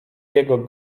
jego